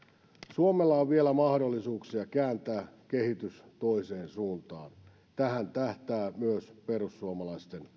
suomella on vielä mahdollisuuksia kääntää kehitys toiseen suuntaan tähän tähtää myös perussuomalaisten